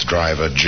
Driver